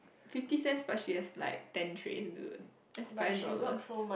fifty cents but she has like ten trays dude that's five dollars